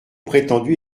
prétendu